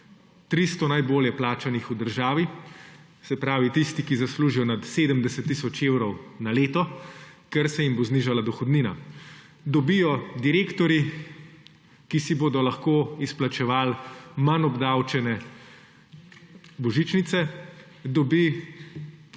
300 najbolje plačanih v državi, se pravi tisti, ki zaslužijo nad 70 tisoč evrov na leto, ker se jim bo znižala dohodnina. Dobijo direktorji, ki si bodo lahko izplačevali manj obdavčene božičnice. Dobi